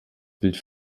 bild